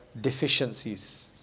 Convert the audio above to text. deficiencies